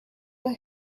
were